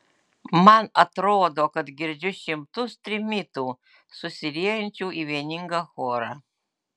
man atrodo kad girdžiu šimtus trimitų susiliejančių į vieningą chorą